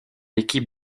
équipe